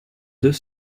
deux